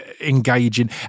engaging